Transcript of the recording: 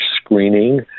screening